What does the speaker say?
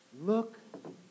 Look